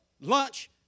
lunch